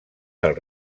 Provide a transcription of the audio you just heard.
del